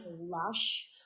lush